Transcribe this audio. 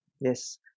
Yes